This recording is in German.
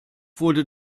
wurde